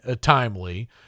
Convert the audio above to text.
timely